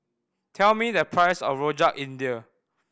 tell me the price of Rojak India